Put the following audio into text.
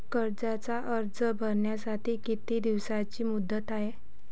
कर्जाचा अर्ज भरासाठी किती दिसाची मुदत हाय?